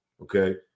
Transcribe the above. okay